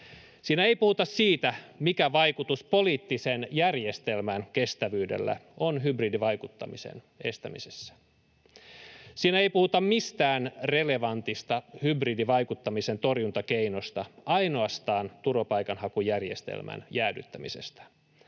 Siinä ei puhuta siitä, mikä vaikutus poliittisen järjestelmän kestävyydellä on hybridivaikuttamisen estämisessä. Siinä ei puhuta mistään relevantista hybridivaikuttamisen torjuntakeinosta — ainoastaan turvapaikanhakujärjestelmän jäädyttämisestä,